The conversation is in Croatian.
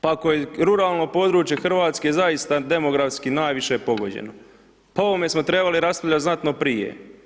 Pa ako je ruralno područje RH zaista demografski najviše pogođeno, pa o ovome smo trebali raspravljati znatno prije.